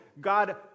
God